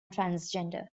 transgender